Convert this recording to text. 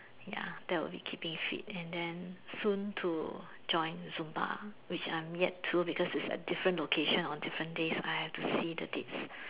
ya that will be keeping fit and then soon to join Zumba which I'm yet to because it's in different locations on different days and I have to see the dates